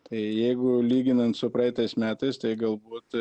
tai jeigu lyginant su praeitais metais tai galbūt